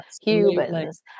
humans